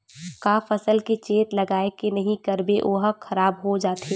का फसल के चेत लगय के नहीं करबे ओहा खराब हो जाथे?